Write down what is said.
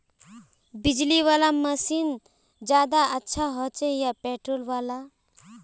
बिजली वाला मशीन ज्यादा अच्छा होचे या पेट्रोल वाला?